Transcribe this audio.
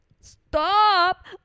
Stop